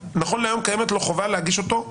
להיום קיימת למנהל העיזבון חובה להגיש את הדו"ח